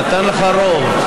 נתן לך רוב,